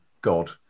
God